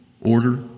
order